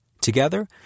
Together